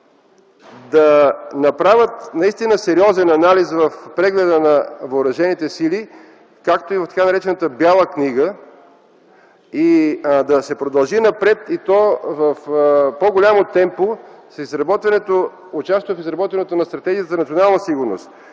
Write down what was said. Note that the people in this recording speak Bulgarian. да направят сериозен анализ в прегледа на въоръжените сили, както и в така наречената Бяла книга, и да се продължи напред, и то с по-голямо темпо при участието в изработването на стратегията за национална сигурност,